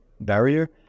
barrier